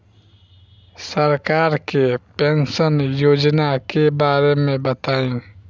सरकार के पेंशन योजना के बारे में बताईं?